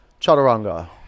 chaturanga